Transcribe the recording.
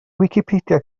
wicipedia